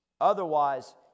Otherwise